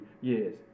years